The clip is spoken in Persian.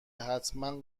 حتما